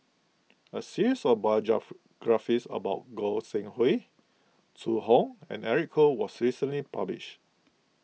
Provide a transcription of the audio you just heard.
a series of biographies about Goi Seng Hui Zhu Hong and Eric Khoo was recently published